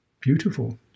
beautiful